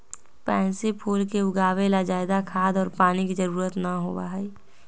pansy फूल के उगावे ला ज्यादा खाद और पानी के जरूरत ना होबा हई